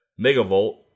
Megavolt